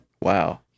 Wow